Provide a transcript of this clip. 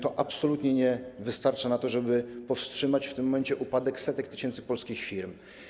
To absolutnie nie wystarcza, żeby powstrzymać w tym momencie upadek setek tysięcy polskich firm.